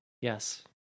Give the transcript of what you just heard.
Yes